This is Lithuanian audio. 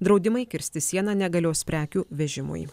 draudimai kirsti sieną negalios prekių vežimui